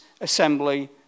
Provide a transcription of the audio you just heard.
assembly